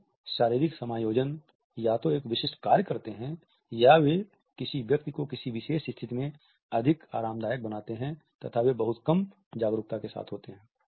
ये शारीरिक समायोजन या तो एक विशिष्ट कार्य करते हैं या वे किसी व्यक्ति को किसी विशेष स्थिति में अधिक आरामदायक बनाते हैं तथा वे बहुत कम जागरूकता के साथ होते हैं